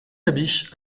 labiche